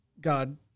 God